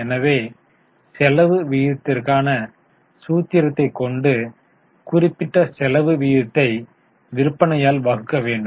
எனவே செலவு விகிதத்திர்கான சூத்திரத்தை கொண்டு குறிப்பிட்ட செலவு விகித்தை விற்பனையால் வகுக்க வேண்டும்